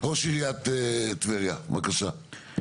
ראש עיריית טבריה בבקשה.